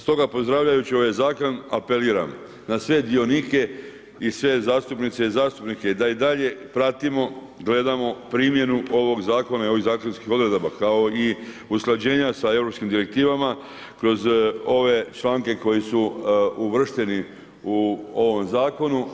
Stoga pozdravljajući ovaj zakon apeliram na sve dionike i sve zastupnice i zastupnike da i dalje pratimo, gledamo primjenu ovog zakona i ovih zakonskih odredaba kao i usklađenja sa europskim direktivama kroz ove članke koji su uvršteni u ovom zakonu.